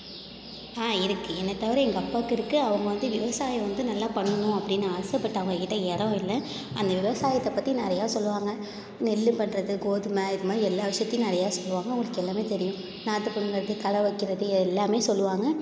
ஆ இருக்குது என்னைத் தவிர எங்கள் அப்பாவுக்கு இருக்குது அவர் வந்து விவசாயம் வந்து நல்லா பண்ணணும் அப்படின்னு ஆசைப்பட்டாங்க அவங்க கிட்டே எடம் இல்லை அந்த விவசாயத்தைப் பற்றி நிறையா சொல்வாங்க நெல் பண்ணுறது கோதுமை இது மாதிரி எல்லா விஷயத்தையும் நிறையா சொல்வாங்க அவங்களுக்கு எல்லாமே தெரியும் நாற்று பிடுங்கறது களை வைக்கிறது எல்லாமே சொல்வாங்க